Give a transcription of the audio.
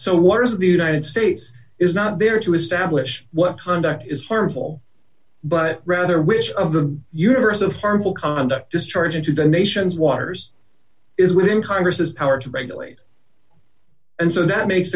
is the united states is not there to establish what conduct is harmful but rather which of the universe of harmful conduct discharge into the nation's waters is within congress has power to regulate and so that makes